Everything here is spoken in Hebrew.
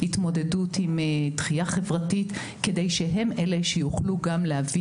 התמודדות עם דחייה חברתית כדי שהם אלה שיוכלו גם להביא